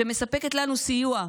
שמספקת לנו סיוע,